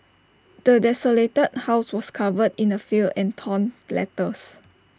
the desolated house was covered in filth and torn letters